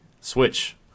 Switch